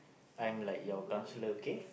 I am like your counsellor okay